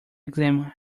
examine